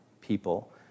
people